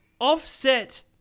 offset